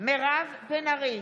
מירב בן ארי,